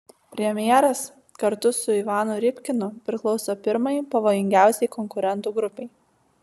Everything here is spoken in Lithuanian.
premjeras kartu su ivanu rybkinu priklauso pirmai pavojingiausiai konkurentų grupei